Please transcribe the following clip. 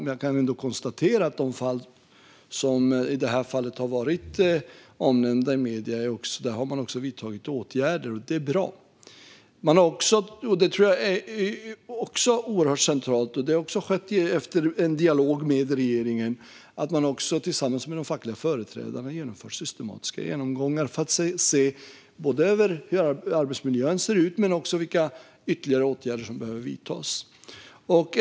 Men jag kan ändå konstatera att i de fall som har varit omnämnda i medierna har man också vidtagit åtgärder. Det är bra. Efter en dialog med regeringen har man också tillsammans med de fackliga företrädarna genomfört systematiska genomgångar för att se över hur arbetsmiljön ser ut och vilka ytterligare åtgärder som behöver vidtas. Det tror jag är oerhört centralt.